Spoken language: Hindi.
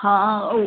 हाँ वो